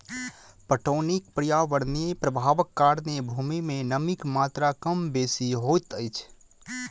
पटौनीक पर्यावरणीय प्रभावक कारणेँ भूमि मे नमीक मात्रा कम बेसी होइत अछि